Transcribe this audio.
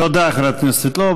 תודה, חברת הכנסת סבטלובה.